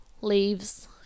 leaves